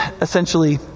essentially